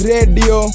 Radio